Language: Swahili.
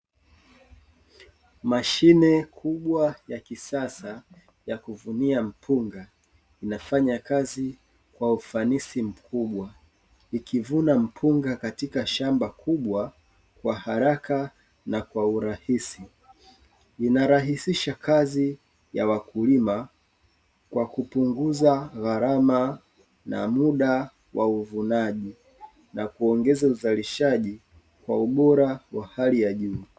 Mashine kubwa ya kisasa ya kuvunia mpunga inafanya kazi kwa ufanisi mkubwa ikivuna mpunga katika shamba kubwa kwa haraka na kwa urahisi, na inarahisisha kazi ya wakulima kwa kupunguza gharama na muda wa uvunaji na kuongeza uzalishaji wa ubora wa hali ya juu.